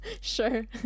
sure